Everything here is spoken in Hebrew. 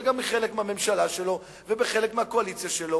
וגם בחלק מהממשלה שלו ובחלק מהקואליציה שלו,